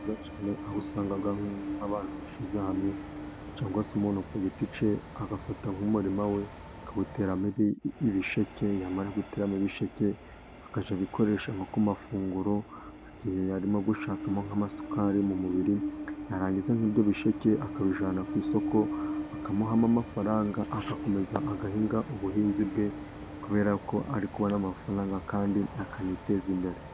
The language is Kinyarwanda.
Aho usanga abantu bishyize hamwe cyangwa se umuntu ku giti cye, agafata nk'umurima we akawuteramo ibisheke, yamara guteramo ibisheke akajya abikoresha nko ku mafunguro igihe arimo gushakamo nk'amasukari mu mubiri, yarangiza nk'ibyo bisheke akabijyana ku isoko bakamuhamo amafaranga, agakomeza agahinga ubuhinzi bwe, kubera ko ari kubona amafaranga kandi akaniteza imbere.